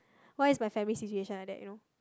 why is my family situation like that you know